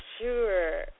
sure